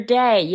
day